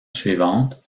suivante